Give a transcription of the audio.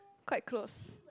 quite close